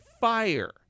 fire